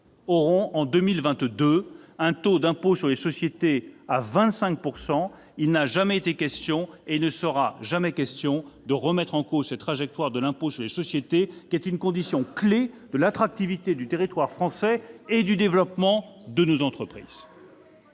échéance, au taux de 25 %. Il n'a jamais été question, et il ne le sera jamais, de remettre en cause cette trajectoire de l'impôt sur les sociétés, qui est une condition clé de l'attractivité du territoire français et du développement de nos entreprises.